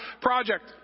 Project